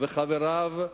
וחבריו,